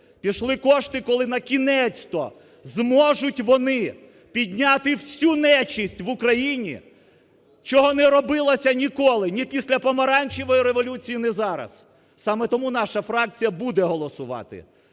пішли кошти, коли, накінець-то, зможуть вони підняти всю нечисть в Україні, чого не робилося ніколи – ні після Помаранчевої революції, ні зараз. Саме тому наша фракція буде голосувати